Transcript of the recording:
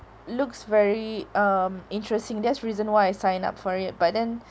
looks very um interesting that's the reason why I signed up for it but then